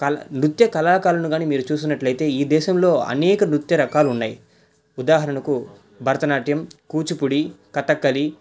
కళ నృత్య కళాకారులను కానీ మీరు చూసినట్లయితే ఈ దేశంలో అనేక నృత్య రకాలున్నాయి ఉదాహరణకు భరత నాట్యం కూచిపుడి కథాకళి